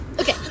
Okay